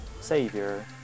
savior